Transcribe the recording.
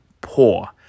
poor